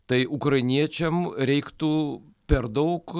tai ukrainiečiam reiktų per daug